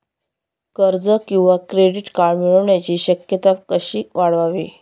कर्ज किंवा credit card मिळण्याची शक्यता कशी वाढवावी?